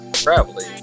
traveling